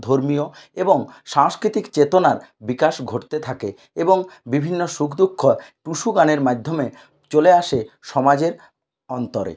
ধর্মীয় এবং সাংস্কৃতিক চেতনার বিকাশ ঘটতে থাকে এবং বিভিন্ন সুখ দুঃখ টুসু গানের মাধ্যমে চলে আসে সমাজের অন্তরে